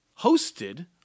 hosted